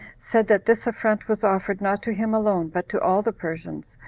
said that this affront was offered not to him alone, but to all the persians,